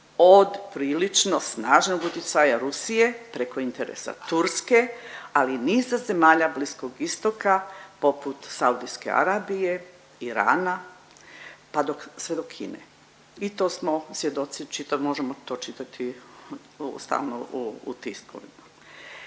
od prilično snažnog utjecaja Rusije preko interesa Turske ali i niza zemalja Bliskog istoka poput Saudijske Arabije, Irana pa sve do Kine i to smo svjedoci, možemo to čitati stalno u tisku.